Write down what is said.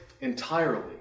entirely